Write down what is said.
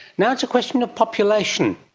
now it's a question of population,